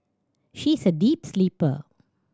she is a deep sleeper